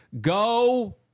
Go